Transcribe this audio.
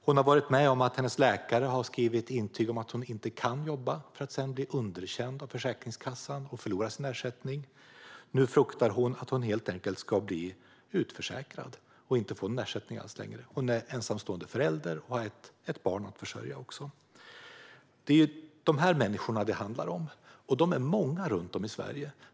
Hon har varit med om att hennes läkare har skrivit intyg om att hon inte kan jobba för att sedan bli underkänd av Försäkringskassan och förlora sin ersättning. Nu fruktar hon att hon helt enkelt ska bli utförsäkrad och inte få någon ersättning alls längre. Hon är ensamstående förälder och har ett barn att försörja. Det är de här människorna det handlar om, och de är många runt om i Sverige.